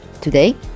Today